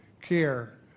care